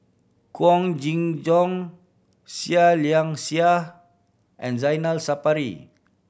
Wong Kin Jong Seah Liang Seah and Zainal Sapari